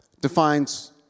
defines